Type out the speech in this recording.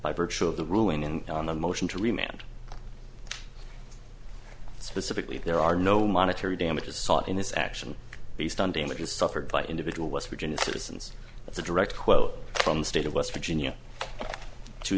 by virtue of the ruling in on a motion to remain and specifically there are no monetary damages sought in this action based on damages suffered by individual west virginia citizens as a direct quote from the state of west virginia to